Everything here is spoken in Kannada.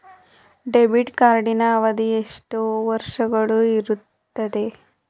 ಡೆಬಿಟ್ ಕಾರ್ಡಿನ ಅವಧಿ ಎಷ್ಟು ವರ್ಷಗಳು ಇರುತ್ತದೆ?